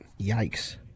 Yikes